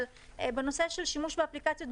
אבל בנושא של שימוש באפליקציות,